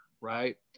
Right